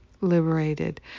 liberated